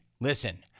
Listen